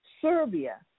Serbia